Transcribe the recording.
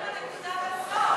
איפה הנקודה בסוף?